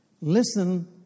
listen